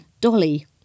Dolly